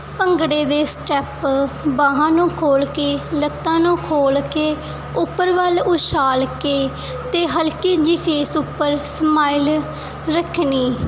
ਭੰਗੜੇ ਦੇ ਸਟੈਪ ਬਾਹਾਂ ਨੂੰ ਖੋਲ੍ਹ ਕੇ ਲੱਤਾਂ ਨੂੰ ਖੋਲ੍ਹ ਕੇ ਉੱਪਰ ਵੱਲ ਉਛਾਲ ਕੇ ਅਤੇ ਹਲਕੀ ਜਿਹੀ ਫੇਸ ਉੱਪਰ ਸਮਾਈਲ ਰੱਖਣੀ